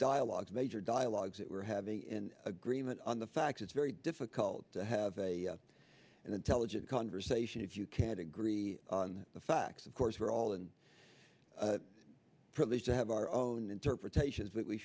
dialogue major dialogue that we're having agreement on the facts it's very difficult to have a intelligent conversation if you can't agree on the facts of course we're all and privileged to have our own interpretations that we